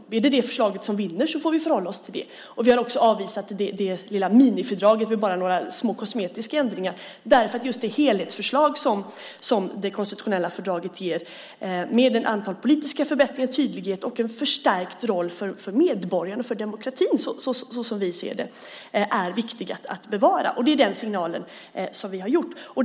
Blir det så att det förslaget vinner så får vi förhålla oss till det. Vi har också avvisat det lilla minifördrag som bara innehåller några små kosmetiska förändringar. Anledningen är att just det helhetsförslag som det konstitutionella fördraget ger, med ett antal politiska förbättringar, tydlighet och en förstärkt roll för medborgarna och demokratin så som vi ser det, är viktigt att bevara. Det är den signalen som vi har givit.